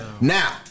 Now